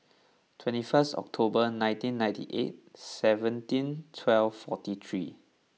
twenty first October nineteen ninety eight seventeen twelve forty three